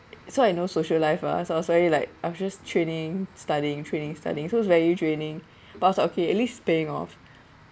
so I've no social life [what] I'm sorry like just training studying training studying so it's very draining but was okay at least paying off